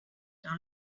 dans